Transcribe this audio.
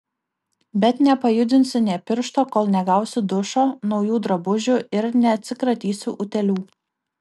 bet nepajudinsiu nė piršto kol negausiu dušo naujų drabužių ir neatsikratysiu utėlių